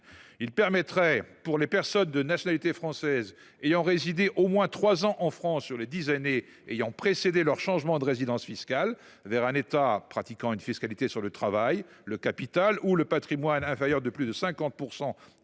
permettrait, pour les personnes de nationalité française ayant résidé au moins trois ans en France durant les dix années précédant leur changement de résidence fiscale vers un État pratiquant une fiscalité sur le travail, le capital ou le patrimoine inférieure de plus de 50